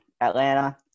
Atlanta